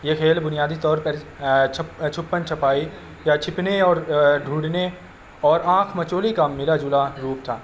یہ کھیل بنیادی طور پر چھپ چھپن چھپائی یا چھپنے اور ڈھونڈنے اور آنکھ مچولی کا ملا جلا روپ تھا